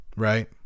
Right